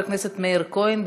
חבר הכנסת מאיר כהן,